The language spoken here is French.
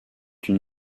une